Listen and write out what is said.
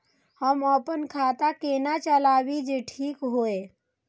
हम अपन खाता केना चलाबी जे ठीक होय?